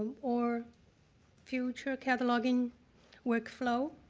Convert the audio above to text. or future cataloging work flow.